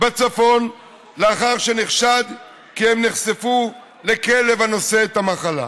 בצפון לאחר שנחשד כי הם נחשפו לכלב הנושא את המחלה.